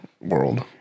world